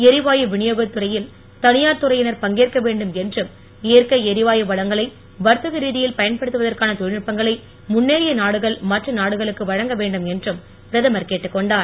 எரிவாயு விநியோகத் துறையில் தனியார் துறையினர் பங்கேற்க வேண்டும் என்றும் இயற்கை எரிவாயு வளங்களை வர்த்தக ரீதியில் பயன்படுத்துவதற்கான தொழில்நுட்பங்களை முன்னேறிய நாடுகள் மற்ற நாடுகளுக்கு வழங்க வேண்டும் என்றும் பிரதமர் கேட்டுக் கொண்டார்